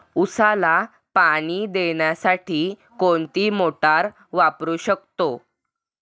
उसाला पाणी देण्यासाठी कोणती मोटार वापरू शकतो?